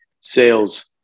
Sales